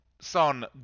Son